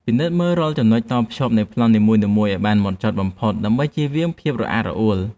ពិនិត្យមើលរាល់ចំណុចតភ្ជាប់នៃប្លង់នីមួយៗឱ្យបានហ្មត់ចត់បំផុតដើម្បីចៀសវាងភាពរអាក់រអួល។